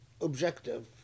objective